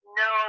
no